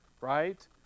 right